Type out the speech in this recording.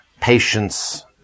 patience